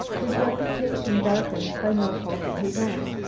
his reputation darkened by no fault of his own,